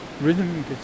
Rhythm